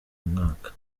mwaka